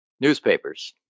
Newspapers